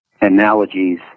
analogies